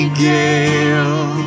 gale